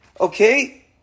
Okay